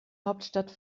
hauptstadt